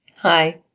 Hi